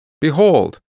Behold